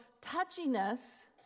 touchiness